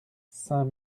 saint